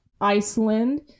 Iceland